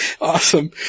Awesome